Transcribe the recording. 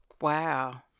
Wow